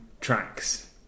tracks